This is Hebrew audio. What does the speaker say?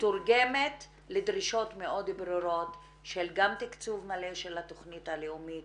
שמתורגמת לדרישות מאוד ברורות של גם תקצוב מלא של התוכנית הלאומית